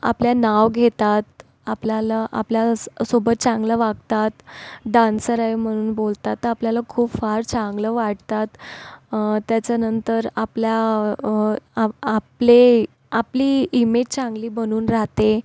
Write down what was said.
आपल्या नाव घेतात आपल्याला आपल्यास सोबत चांगलं वागतात डान्सर आहे म्हणून बोलतात तर आपल्याला खूप फार चांगलं वाटतात त्याच्यानंतर आपल्या आपले आपली इमेज चांगली बनून राहते